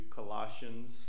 Colossians